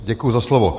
Děkuji za slovo.